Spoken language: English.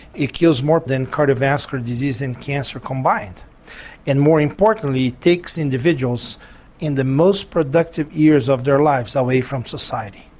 it kills more than cardiovascular disease and cancer combined and more importantly it takes individuals in the most productive years of their lives away from society.